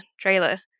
trailer